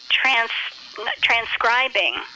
transcribing